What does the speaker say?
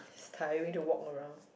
it's tiring to walk around